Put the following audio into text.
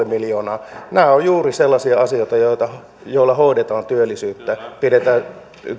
miljoonaa nämä ovat juuri sellaisia asioita joilla hoidetaan työllisyyttä pidetään